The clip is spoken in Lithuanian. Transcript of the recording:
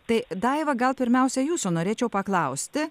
tai daiva gal pirmiausia jūsų norėčiau paklausti